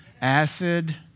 acid